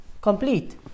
complete